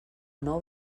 nou